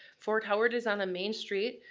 fort howard is on a main street,